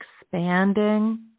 expanding